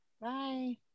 Bye